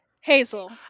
Hazel